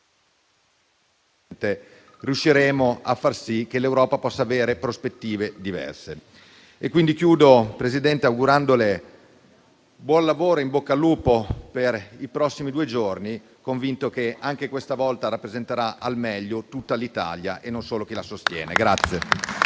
…riusciremo a far sì che l'Europa possa avere prospettive diverse. Presidente, concludo augurandole buon lavoro e in bocca al lupo per i prossimi due giorni, convinto che anche questa volta rappresenterà al meglio tutta l'Italia e non solo chi la sostiene.